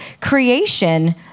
creation